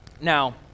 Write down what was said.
Now